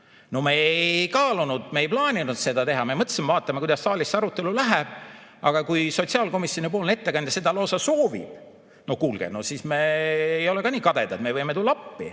No me ei kaalunud, me ei plaaninud seda teha. Me mõtlesime, et vaatame, kuidas saalis see arutelu läheb. Aga kui sotsiaalkomisjoni ettekandja seda lausa soovib, no kuulge, siis me ei ole ka nii kadedad, me võime tulla appi.